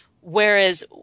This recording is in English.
Whereas